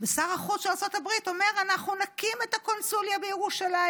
ושר החוץ של ארצות הברית אומר: אנחנו נקים את הקונסוליה בירושלים,